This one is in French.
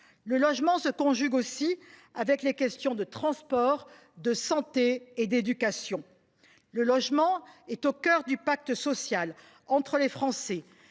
Le logement se conjugue aussi avec les questions de transport, de santé et d’éducation. Le logement est au cœur du pacte social entre les Français,